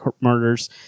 murders